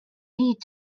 need